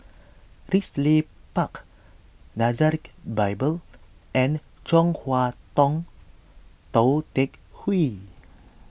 Ridley Park Nazareth Bible and Chong Hua Tong Tou Teck Hwee